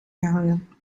gehangen